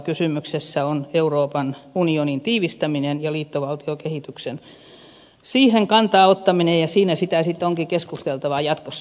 kysymyksessä on euroopan unionin tiivistäminen ja liittovaltiokehitykseen kantaa ottaminen ja siinä sitä sitten onkin keskusteltavaa jatkossa